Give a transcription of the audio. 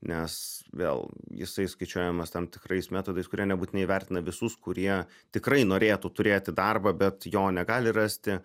nes vėl jisai skaičiuojamas tam tikrais metodais kurie nebūtinai įvertina visus kurie tikrai norėtų turėti darbą bet jo negali rasti